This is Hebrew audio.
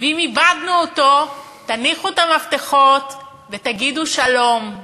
ואם איבדנו אותו, תניחו את המפתחות ותגידו שלום.